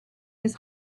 his